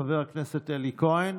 חבר הכנסת אלי כהן,